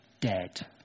dead